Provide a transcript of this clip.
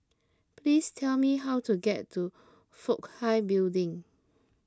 please tell me how to get to Fook Hai Building